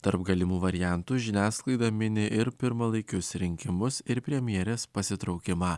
tarp galimų variantų žiniasklaida mini ir pirmalaikius rinkimus ir premjerės pasitraukimą